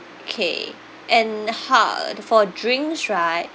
okay and ha for drinks right